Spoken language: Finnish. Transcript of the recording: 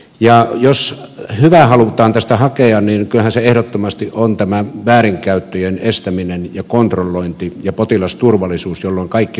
ja jos hyvää halutaan tästä hakea niin kyllähän sitä ehdottomasti on tämä väärinkäyttöjen estäminen ja kontrollointi ja potilasturvallisuus jolloin kaikki nähdään